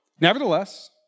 Nevertheless